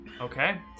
Okay